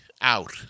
out